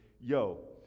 Yo